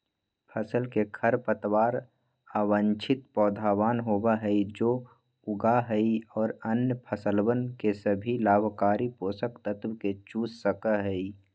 फसल के खरपतवार अवांछित पौधवन होबा हई जो उगा हई और अन्य फसलवन के सभी लाभकारी पोषक तत्व के चूस सका हई